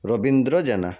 Rabindra Jena